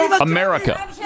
America